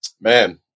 Man